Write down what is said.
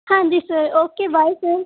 ਹਾਂਜੀ sir okay bye sir